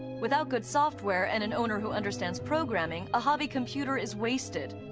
without good software and an owner who understands programming, a hobby computer is wasted.